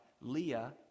Leah